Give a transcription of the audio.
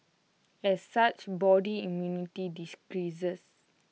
as such body immunity decreases